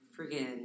friggin